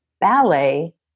Ballet